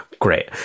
Great